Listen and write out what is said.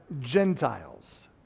Gentiles